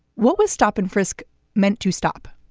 what was stop and frisk meant to stop?